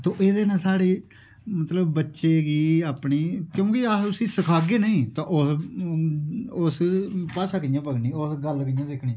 ते एहदे कने साढ़ी मतलब बच्चे गी अपनी क्योंकि अस उसी सिखागे नेई ते उस भाशा कियां पकड़नी उस गल्ल कियां सिक्खनी